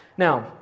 Now